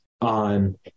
on